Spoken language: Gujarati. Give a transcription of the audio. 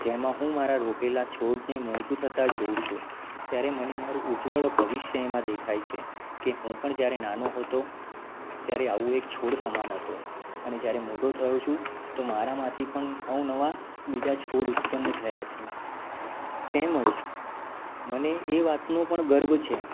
જેમાં હું મારા રોપેલા છોડને મોટું થતા જોઉં છું ત્યારે મને મારું ઉજ્જવળ ભવિષ્ય તેમાં દેખાય છે કે હું પણ જયારે નાનો હતો ત્યારે આવું એક છોડ સમાન હતો અને જયારે મોટો થયો છું તો મારામાંથી પણ અવનવાં બીજા છોડ ઉત્પન્ન થયા છે તેમજ મને એ વાતનો પણ ગર્વ છે